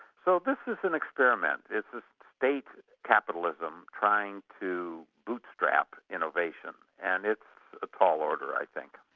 so this is an experiment. it's a state capitalism trying to bootstrap innovation and it's a tall order, i think.